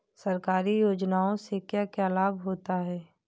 सरकारी योजनाओं से क्या क्या लाभ होता है?